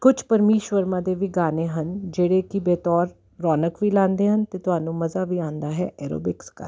ਕੁਛ ਪਰਮੀਸ਼ ਵਰਮਾ ਦੇ ਵੀ ਗਾਣੇ ਹਨ ਜਿਹੜੇ ਕਿ ਬਤੌਰ ਰੌਨਕ ਵੀ ਲਾਉਂਦੇ ਹਨ ਅਤੇ ਤੁਹਾਨੂੰ ਮਜ਼ਾ ਵੀ ਆਉਂਦਾ ਹੈ ਐਰੋਬਿਕਸ ਕਰਕੇ